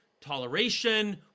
toleration